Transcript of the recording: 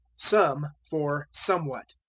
some for somewhat.